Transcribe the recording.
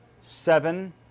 seven